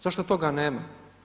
Zašto toga nema?